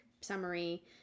summary